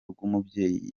rw’umubyeyi